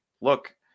look